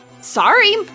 Sorry